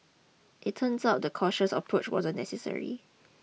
it turns out the cautious approach wasn't necessary